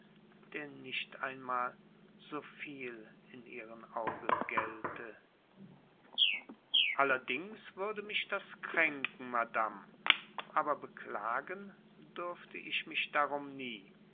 der nicht einmal so viel in ihren augen gälte allerdings würde mich das kränken madame aber beklagen dürfte ich mich darum nie